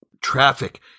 Traffic